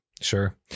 Sure